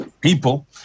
people